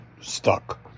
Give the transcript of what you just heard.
stuck